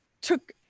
took